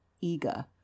eager